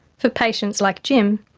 for patients like jim,